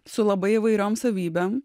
su labai įvairiom savybėm